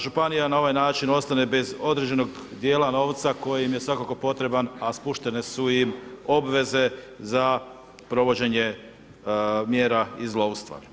Županija na ovaj način ostane bez određenog dijela novca koji im je svakako potreban, a spuštene su im obveze za provođenje mjera iz lovstva.